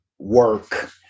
Work